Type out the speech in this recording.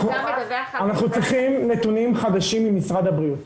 אנחנו צריכים נתונים חדשים ממשרד הבריאות.